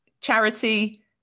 charity